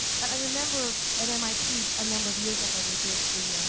but i remember at mit a number of years ago they did the